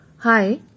Hi